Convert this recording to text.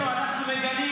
אני מבקש לרדת.